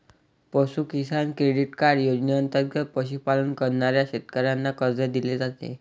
पशु किसान credit card योजनेंतर्गत पशुपालन करणाऱ्या शेतकऱ्यांना कर्ज दिले जाते